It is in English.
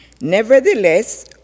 Nevertheless